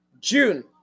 June